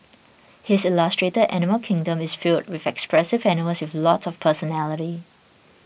his illustrated animal kingdom is filled with expressive animals with lots of personality